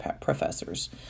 professors